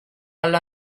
alla